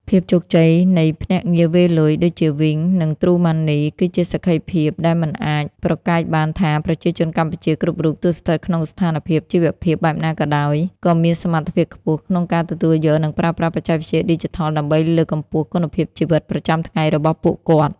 ភាពជោគជ័យនៃភ្នាក់ងារវេរលុយដូចជា វីង (Wing) និង ទ្រូម៉ាន់នី (TrueMoney) គឺជាសក្ខីភាពដែលមិនអាចប្រកែកបានថា ប្រជាជនកម្ពុជាគ្រប់រូប ទោះស្ថិតក្នុងស្ថានភាពជីវភាពបែបណាក៏ដោយ ក៏មានសមត្ថភាពខ្ពស់ក្នុងការទទួលយក និងប្រើប្រាស់បច្ចេកវិទ្យាឌីជីថល ដើម្បីលើកកម្ពស់គុណភាពជីវិតប្រចាំថ្ងៃរបស់ពួកគាត់។